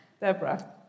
Deborah